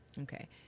Okay